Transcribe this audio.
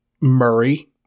Murray